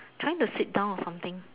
come to sit down or something